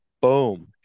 boom